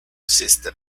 sister